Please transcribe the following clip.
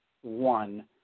one